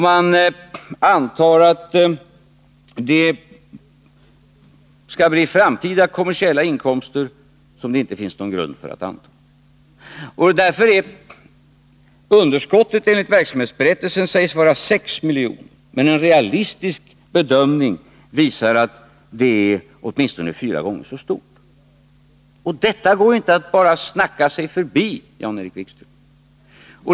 Man antar att det skall bli framtida kommersiella inkomster, men det finns ingen grund för att anta det. Underskottet enligt verksamhetsberättelsen sägs vara 6 milj.kr., men en realistisk bedömning visar att det är åtminstone fyra gånger så stort. Detta går inte att bara snacka sig förbi, Jan-Erik Wikström.